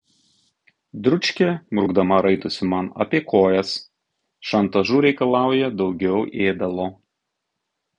dručkė murkdama raitosi man apie kojas šantažu reikalauja daugiau ėdalo